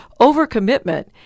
overcommitment